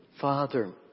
Father